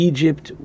Egypt